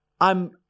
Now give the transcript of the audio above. I'm-